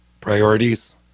priorities